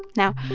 now,